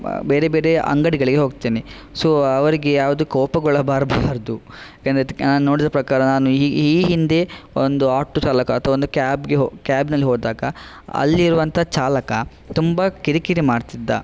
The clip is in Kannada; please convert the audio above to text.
ಬೇರೆ ಬೇರೆ ಅಂಗಡಿಗಳಿಗೆ ಹೋಗ್ತೇನೆ ಸೊ ಅವರಿಗೆ ಯಾವುದು ಕೋಪಗೊಳ್ಳ ಬರಬಾರ್ದು ಯಾಕಂದರೆ ನಾನು ನೋಡಿದ ಪ್ರಕಾರ ನಾನು ಈ ಹಿಂದೆ ಒಂದು ಆಟೋ ಚಾಲಕ ಅಥ್ವಾ ಒಂದು ಕ್ಯಾಬ್ಗೆ ಹೋಗು ಕ್ಯಾಬ್ನಲ್ಲಿ ಹೋದಾಗ ಅಲ್ಲಿರುವಂಥ ಚಾಲಕ ತುಂಬ ಕಿರಿಕಿರಿ ಮಾಡ್ತಿದ್ದ